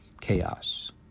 chaos